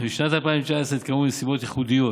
בשנת 2019 התקיימו נסיבות ייחודיות